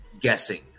guessing